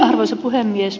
arvoisa puhemies